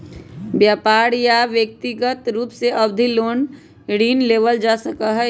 व्यापार या व्यक्रिगत रूप से अवधि लोन ऋण के लेबल जा सका हई